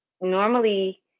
Normally